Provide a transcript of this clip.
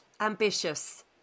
ambitious